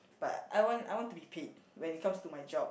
but I want I want to be paid when it comes to my job